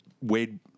wade